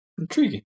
Intriguing